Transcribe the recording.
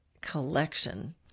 collection